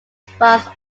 funds